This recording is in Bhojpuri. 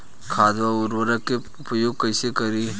खाद व उर्वरक के उपयोग कईसे करी?